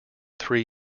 three